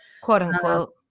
Quote-unquote